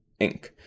Inc